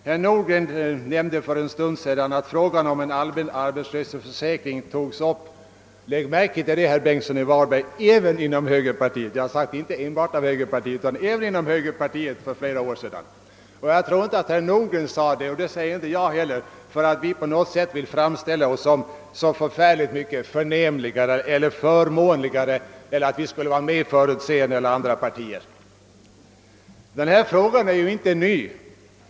Herr Nordgren nämnde för en stund sedan att frågan om en arbetslöshetsförsäkring för några år sedan togs upp även inom högerpartiet. Lägg märke till att jag säger »även» — och alltså inte »enbart» — inom högerpartiet. Jag tror inte att herr Nordgren sade detta, och jag gör det inte heller, för att på något sätt framställa oss som så mycket förnämligare eller mer förutseende än andra partier. Denna fråga är ju inte ny.